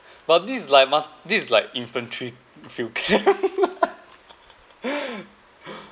but this like ma~ this is like infantry field camp